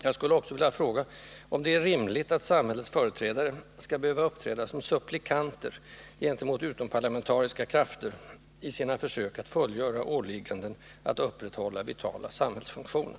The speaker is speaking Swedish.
Jag skulle också vilja fråga om det är rimligt att samhällets företrädare skall behöva uppträda som supplikanter gentemot utomparlamentariska krafter i sina försök att fullgöra åliggandet att upprätthålla vitala samhällsfunktioner?